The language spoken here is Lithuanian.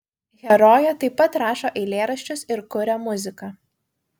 herojė taip pat rašo eilėraščius ir kuria muziką